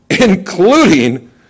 including